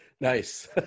Nice